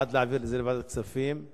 בעד להעביר לוועדת הכספים.